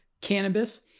cannabis